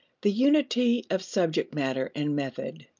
the unity of subject matter and method.